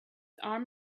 arm